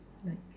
like